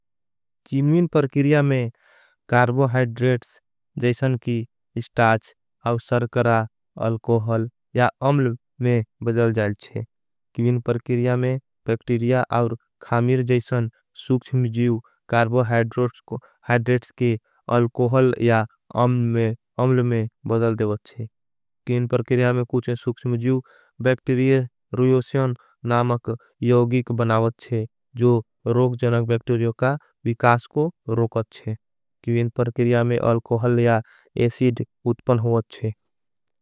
किन विन परकिरिया में कार्बो हैड्रेट्स जैसन की स्टाच। और सरकरा अलकोहल या अम्ल में बदल जाल छे किन। विन परकिरिया में बेक्टीरिया और खामीर जैसन सुक्षमजीव। कार्बो हैड्रेट्स की अलकोहल या अम्ल में बदल देवत छे। किन विन परकिरिया में कार्बो हैड्रेट्स जैसन सुक्षमजीव। कार्बो हैड्रेट्स की अलकोहल या अम्ल में बदल जाल छे।